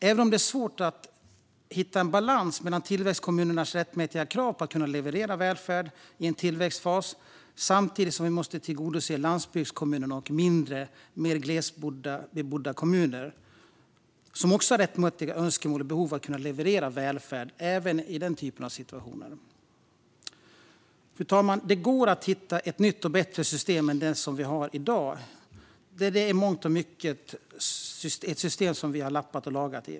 Även om det är svårt måste vi hitta en balans mellan tillväxtkommunernas rättmätiga krav på att kunna leverera välfärd i en tillväxtfas och landsbygdskommuners och mindre, mer glest bebodda kommuners rättmätiga önskemål om och behov av att kunna leverera välfärd även i den typen av situationer. Fru talman! Det går att hitta ett nytt och bättre system än det som vi har i dag, där vi i mångt och mycket har lappat och lagat.